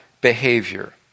behavior